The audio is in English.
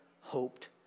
hoped